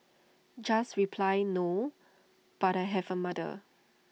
just reply no but I have A mother